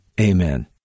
amen